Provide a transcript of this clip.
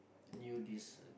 knew this